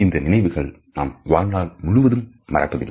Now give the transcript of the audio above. இந்த நினைவுகளை நாம் வாழ்நாள் முழுவதும் மறப்பதில்லை